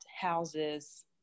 houses